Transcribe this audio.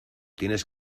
tienes